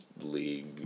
league